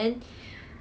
during P_F_P